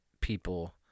people